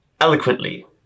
eloquently